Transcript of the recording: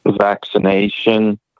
vaccination